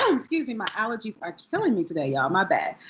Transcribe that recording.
um excuse me. my allergies are killing me today, y'all. my bad.